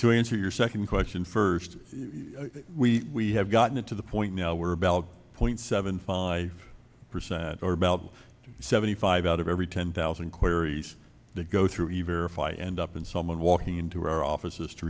to answer your second question first we have gotten to the point now where balance point seven five percent or about seventy five out of every ten thousand queries that go through you verify end up in someone walking into our offices to